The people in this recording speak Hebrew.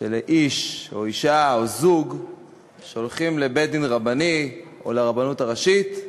של איש או אישה או זוג שהולכים לבית-דין רבני או לרבנות הראשית,